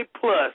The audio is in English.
plus